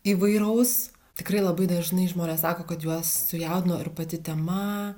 įvairaus tikrai labai dažnai žmonės sako kad juos sujaudino ir pati tema